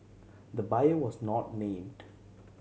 the buyer was not named